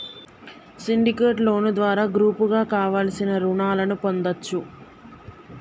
syndicate loan ద్వారా గ్రూపుగా కావలసిన రుణాలను పొందచ్చు